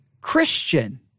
Christian